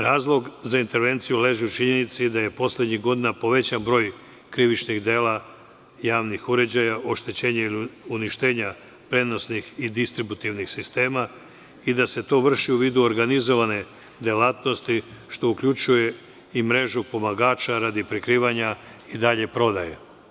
Razlog za intervenciju leži u činjenici da je poslednjih godina povećan broj krivičnih dela javnih uređaja, oštećenja ili uništenja prenosnih i distributivnih sistema i da se to vrši u vidu organizovane delatnosti, što uključuje i mrežu pomagača, radi prikrivanja i dalje prodaje.